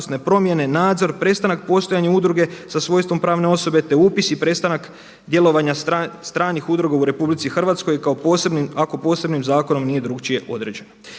promjene, nadzor, prestanak postojanja udruge sa svojstvom pravne osobe, te upis i prestanak djelovanja stranih udruga u RH ako posebnim zakonom nije drukčije određeno.